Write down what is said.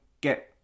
get